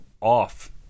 off